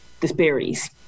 disparities